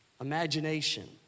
imagination